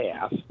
half